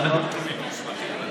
מה "הגורמים המוסמכים"?